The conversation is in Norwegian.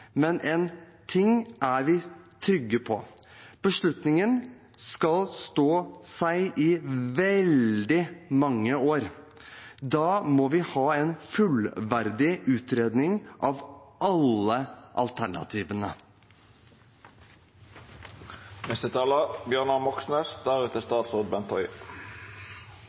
men én ting er vi trygge på: Beslutningen skal stå seg i veldig mange år. Da må vi ha en fullverdig utredning av alle alternativene.